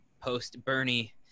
post-Bernie